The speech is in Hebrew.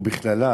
ובכלל,